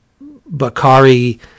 Bakari